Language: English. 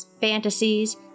fantasies